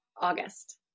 August